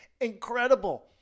incredible